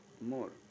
more